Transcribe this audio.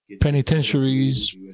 penitentiaries